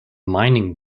mining